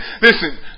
Listen